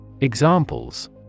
Examples